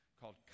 called